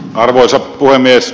arvoisa puhemies